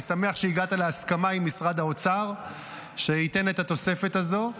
אני שמח שהגעת להסכמה עם משרד האוצר שייתן את התוספת הזאת.